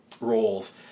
roles